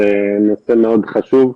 זה נושא מאוד חשוב.